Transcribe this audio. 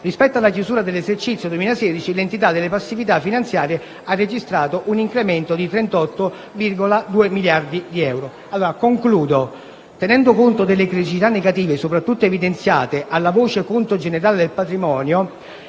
Rispetto alla chiusura dell'esercizio 2016, l'entità delle passività finanziarie ha registrato un incremento di 38,2 miliardi di euro. Concludo, tenendo conto delle criticità negative soprattutto evidenziate alla voce «Conto generale del patrimonio»,